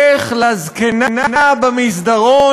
איך לזקנה במסדרון,